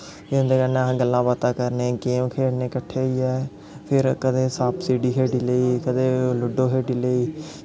फ्ही अस उं'दे कन्नै गल्लां बात्तां करने गेम खेढने कट्ठे होइयै फिर कदें सप्प सीढ़ी खेढी लेई कदें लूडो खेढी लेई